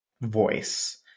voice